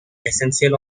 essential